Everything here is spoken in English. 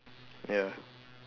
ya